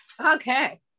Okay